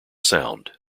sound